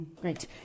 Great